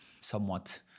somewhat